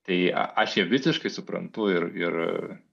tai aš ją visiškai suprantu ir ir